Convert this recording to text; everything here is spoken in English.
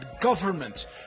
government